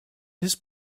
his